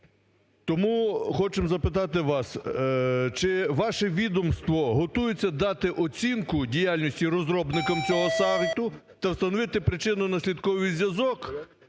Тому хочемо запитати вас чи ваше відомство готується дати оцінку діяльності розробникам цього сайту та встановити причину наслідковий зв'язок